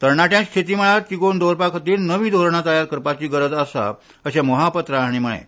तरणाट्यांत शेती मळार तिगोवन दवरपा खातीर नवी धोरणां तयार करपाची गरज आसा अशें मोहापात्रा हांणी म्हळें